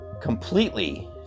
completely